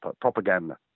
propaganda